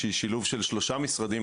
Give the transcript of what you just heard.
שהיא שילוב של שלושה משרדים,